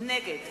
נגד